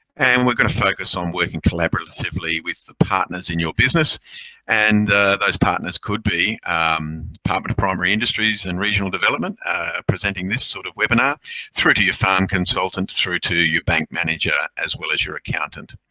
and we're going to focus on working collaboratively with the partners in your business and those partners could be department ah but of primary industries and regional development presenting this sort of webinar through to your farm consultants, through to your bank manager, as well as your accountant.